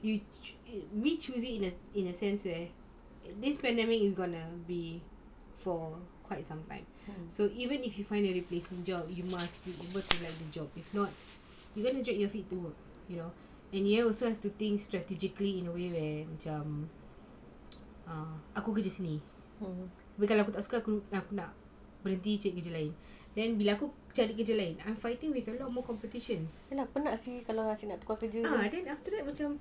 we choose it in a in a sense where this pandemic is gonna be for quite some time so even if you find a replacement job you must you be able to like the job if not you gonna drag your feet to work you know and you also have to think strategically in a way where macam um aku kerja sini kalau aku tak suka aku nak nak berhenti kerja lain then bila aku cari kerja lain I'm fighting with a lot more competition then after that macam